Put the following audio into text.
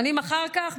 שנים אחר כך,